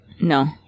No